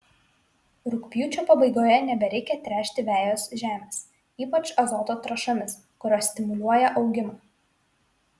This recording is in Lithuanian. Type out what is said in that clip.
rugpjūčio pabaigoje nebereikia tręšti vejos žemės ypač azoto trąšomis kurios stimuliuoja augimą